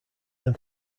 them